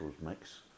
mix